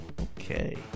Okay